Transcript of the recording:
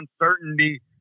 uncertainty